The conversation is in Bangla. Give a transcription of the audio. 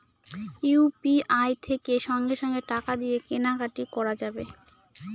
ইউ.পি.আই থেকে সঙ্গে সঙ্গে টাকা দিয়ে কেনা কাটি করা যাবে